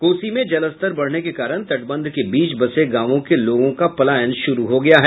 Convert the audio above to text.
कोसी में जलस्तर बढ़ने के कारण तटबंध के बीच बसे गांवों के लोगों का पलायन शुरू हो गया है